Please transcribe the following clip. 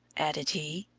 added he,